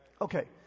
Okay